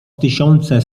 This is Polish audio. tysiące